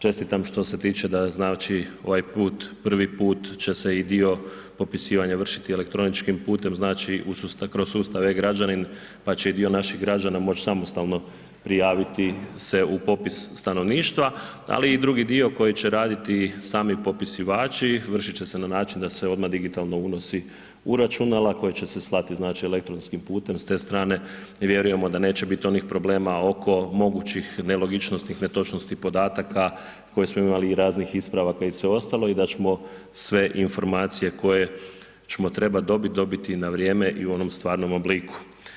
Čestitam što se tiče da znači ovaj put, prvi put će se i dio popisivanja vršiti elektroničkim putem, znači kroz sustav e-građanin, pa će i dio naših građana moći samostalno prijaviti se u popis stanovništava, ali i drugi dio koji će raditi sami popisivači vršit će se na način da se odmah digitalno unosi u računala koje će se slati znači elektronskim putem, s te strane vjerujemo da neće biti onih problema oko mogućih nelogičnosti, netočnosti podataka koje smo imali i raznih ispravaka i sve ostalo i da ćemo sve informacije koje ćemo trebati dobiti, dobiti na vrijeme i u onom stvarnom obliku.